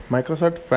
Microsoft